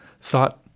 thought